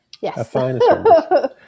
Yes